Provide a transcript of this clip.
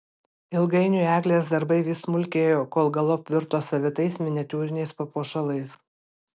ilgainiui eglės darbai vis smulkėjo kol galop virto savitais miniatiūriniais papuošalais